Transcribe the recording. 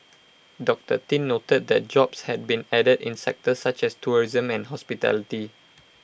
doctor tin noted that jobs had been added in sectors such as tourism and hospitality